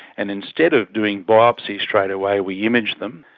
and instead of doing biopsies straightaway we imaged them.